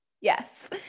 Yes